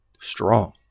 strong